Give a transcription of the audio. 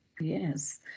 Yes